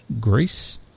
Greece